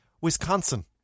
Wisconsin